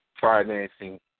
financing